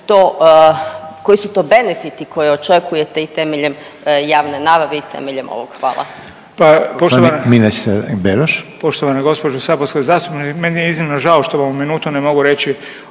koji su to benefiti koje očekujete i temeljem javne nabave i temeljem ovog? Hvala.